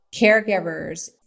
caregivers